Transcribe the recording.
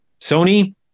Sony